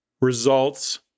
results